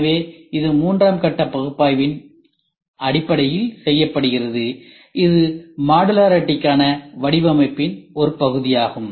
எனவே இது மூன்றாம் கட்ட பகுப்பாய்வின் அடிப்படையில் செய்யப்படுகிறது இது மாடுலாரிடிகான வடிவமைப்பின் ஒரு பகுதியாகும்